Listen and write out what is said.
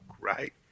right